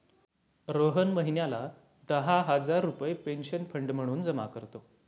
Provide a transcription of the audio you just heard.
रोहन महिन्याला दहा हजार रुपये पेन्शन फंड म्हणून जमा करतो